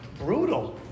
brutal